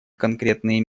конкретные